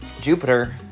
Jupiter